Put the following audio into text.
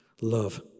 Love